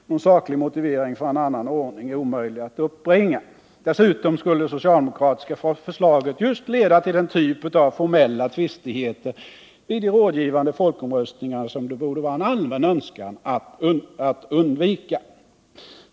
Någon saklig motivering för en annan ordning är omöjlig att uppbringa. Dessutom skulle det socialdemokratiska förslaget just leda till den typ av formella tvistigheter vid de rådgivande folkomröstningarna som det borde vara en allmän önskan att undvika.